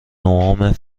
نهم